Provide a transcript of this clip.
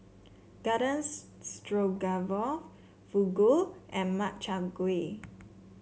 Garden Stroganoff Fugu and Makchang Gui